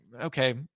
okay